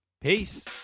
Peace